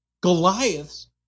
Goliaths